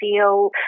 feel